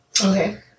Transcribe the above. Okay